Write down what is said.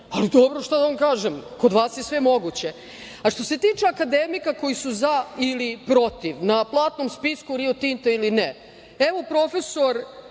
ali dobro šta da vam kažem, kod vas je sve moguće. A što se tiče akademika koji su za ili protiv na platnom spisku Rio Tinta ili ne, evo profesor,